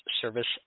Service